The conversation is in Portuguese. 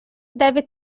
deve